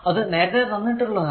അത് നേരത്തെ തന്നിട്ടുള്ളതാണ്